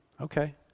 okay